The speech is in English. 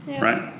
right